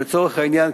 שלצורך העניין,